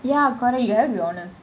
ya correct it'll help be honest